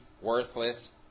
worthless